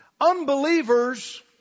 Unbelievers